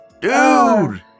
Dude